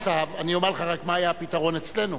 אני אומר לך רק מה היה הפתרון אצלנו.